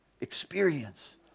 experience